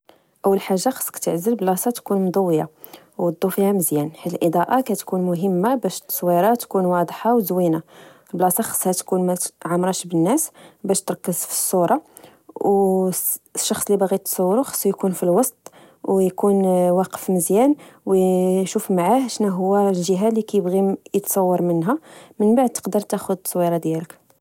اول حاجه خصك تعزل بلاصة تكون مضوية والضوء فيها مزيان الاضاءه كتكون مهمه باش التصويرة تكون واضحه وزوينة بلاصة خصها تكون عامرة بالناس باش تركز في الصوره والشخص اللي باغي تصور خصو يكون في الوسط ويكون واقف مزيان وشوف معاه شناهو الجهه اللي كيبغي يتصور منها. من بعد تقدر تاخد التصويرة ديالك